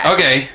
Okay